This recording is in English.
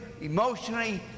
emotionally